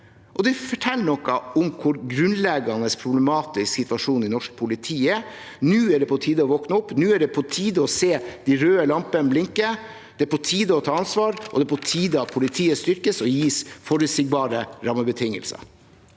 Det forteller noe om hvor grunnleggende problematisk situasjonen i norsk politi er. Nå er det på tide å våkne opp, nå er det på tide å se de røde lampene blinke. Det er på tide å ta ansvar, og det er på tide at politiet styrkes og gis forutsigbare rammebetingelser.